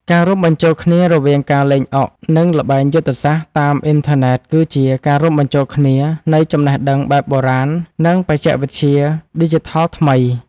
ការរួមបញ្ចូលគ្នារវាងការលេងអុកនិងល្បែងយុទ្ធសាស្ត្រតាមអ៊ីនធឺណិតគឺជាការរួមបញ្ចូលគ្នានៃចំណេះដឹងបែបបុរាណនិងបច្ចេកវិទ្យាឌីជីថលថ្មី។